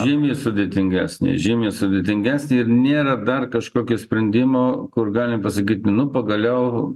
žymiai sudėtingesnė žymiai sudėtingesnė ir nėra dar kažkokio sprendimo kur gali pasakyt nu pagaliau